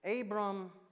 Abram